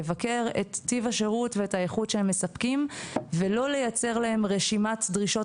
לבקר את טיב השירות ואת האיכות שהם מספקים ולא לייצר להם רשימת דרישות